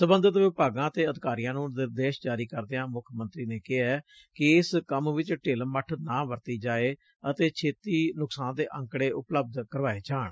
ਸਬੰਧਤ ਵਿਭਾਗਾਂ ਅਤੇ ਅਧਿਕਾਰੀਆਂ ਨੂੰ ਨਿਰਦੇਸ਼ ਜਾਰੀ ਕਰਦਿਆ ਮੁੱਖ ਮੰਤਰੀ ਨੇ ਕਿਹੈ ਕਿ ਇਸ ਕੰਮ ਚ ਢਿਲਮੱਠ ਨਾਂ ਵਰਤੀ ਜਾਵੇ ਅਤੇ ਛੇਤੀ ਨੁਕਸਾਨ ਦੇ ਅੰਕੜੇ ਉਪਲਬਧ ਕਰਵਾਏ ਜਾਣ